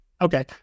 okay